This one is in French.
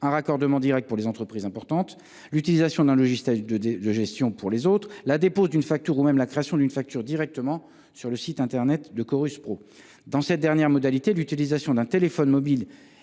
un raccordement direct pour les entreprises très importantes ; l’utilisation d’un logiciel de gestion pour les autres ; le dépôt d’une facture ou même la création d’une facture directement sur le site internet de Chorus Pro. Avec cette dernière modalité, l’utilisation d’un téléphone mobile